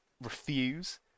refuse